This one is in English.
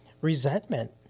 resentment